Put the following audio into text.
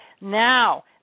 Now –